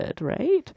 right